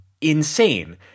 insane